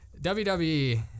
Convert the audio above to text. WWE